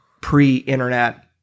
pre-internet